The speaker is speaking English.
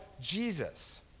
Jesus